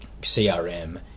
CRM